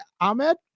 Ahmed